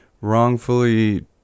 wrongfully